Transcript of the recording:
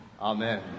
Amen